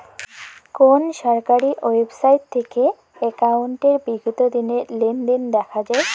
কোন সরকারি ওয়েবসাইট থেকে একাউন্টের বিগত দিনের লেনদেন দেখা যায়?